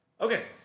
Okay